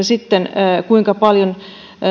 sitten kuinka paljon